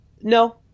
No